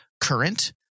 current